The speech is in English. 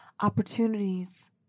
opportunities